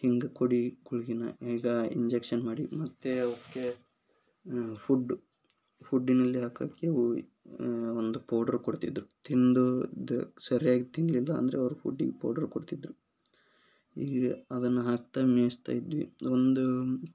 ಹಿಂಗೆ ಕೊಡಿ ಗುಳ್ಗೆನ ಈಗ ಇಂಜೆಕ್ಷನ್ ಮಾಡಿ ಮತ್ತೆ ಅವಕ್ಕೆ ಫುಡ್ ಫುಡ್ಡಿನಲ್ಲಿ ಹಾಕಕ್ಕೆ ಓಯ್ ಒಂದು ಪೌಡ್ರ್ ಕೊಡ್ತಿದ್ದರು ತಿಂದು ದ್ ಸರಿಯಾಗಿ ತಿನ್ನಲಿಲ್ಲ ಅಂದರೆ ಅವ್ರು ಫುಡ್ಡಿಗೆ ಪೌಡ್ರು ಕೊಡ್ತಿದ್ದರು ಈಗ ಅದನ್ನು ಹಾಕ್ತ ಮೇಯಿಸ್ತಾ ಇದ್ವಿ ಒಂದು